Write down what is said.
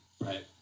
Right